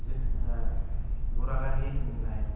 जे बरागारि होननाय